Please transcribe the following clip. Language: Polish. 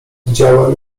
widziałem